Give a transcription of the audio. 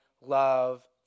love